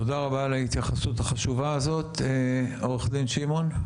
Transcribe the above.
תודה רבה על ההתייחסות החשובה הזאת עו"ד שמעון,